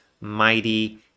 mighty